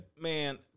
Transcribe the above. man